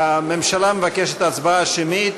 הממשלה מבקשת הצבעה שמית.